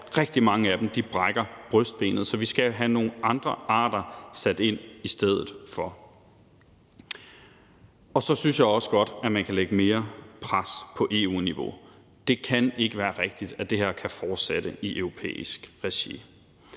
rigtig mange af dem brækker brystbenet. Så vi skal have sat nogle andre arter ind i stedet for. Så synes jeg også godt, at man kan lægge mere pres på på EU-niveau. Det kan ikke være rigtigt, at det her kan fortsætte i europæisk regi.